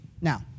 Now